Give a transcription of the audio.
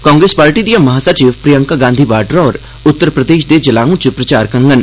Congress party दिआं महासचिव प्रियंका गांधी वाडरा होर उत्तर प्रदेश दे जलाउं च प्रचार करङन